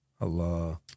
Allah